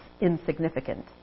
insignificant